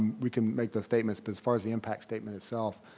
we can make the statements. but as far as the impact statement itself,